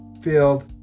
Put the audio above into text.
Field